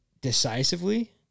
decisively